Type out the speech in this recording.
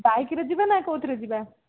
ବାଇକ୍ରେ ଯିବା ନା କେଉଁଥିରେ ଯିବା